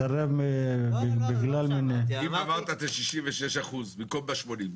מסרב בגלל --- אם עברת את ה-66% במקום ב-80,